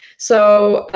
so,